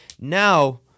Now